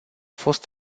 fost